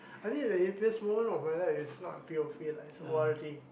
I think the happiest moment of my life is not P_O_P lah it's O_R_D